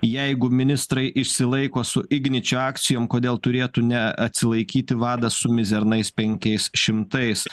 jeigu ministrai išsilaiko su igničio akcijom kodėl turėtų neatsilaikyti vadas su mizernais penkiais šimtais